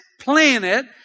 planet